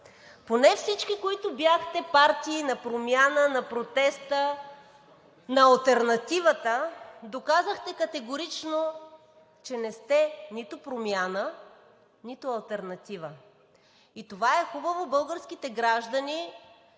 Поне всички, които бяхте партии на промяна, на протеста, на алтернативата, доказахте категорично, че не сте нито промяна, нито алтернатива – и това е хубаво, че българските граждани